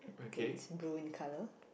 it's blue in colour